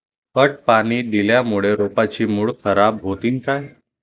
पट पाणी दिल्यामूळे रोपाची मुळ खराब होतीन काय?